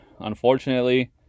unfortunately